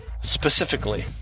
specifically